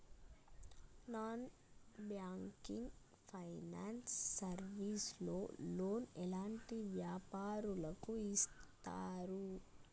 Non banking finance service లో loan ఎలాంటి వ్యాపారులకు ఇస్తరు?